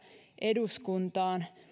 eduskuntaan